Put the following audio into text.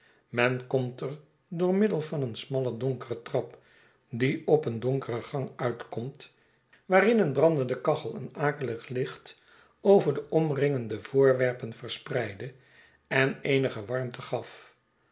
men komt er door middel van een smalle donkere trap die op een donkeren gang uitkomt waarin een brandende kachel een akelig licht over de omringende voorwerpen verspreidde en eenige warmte gaf